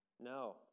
No